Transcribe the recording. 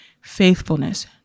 faithfulness